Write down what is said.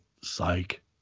Psych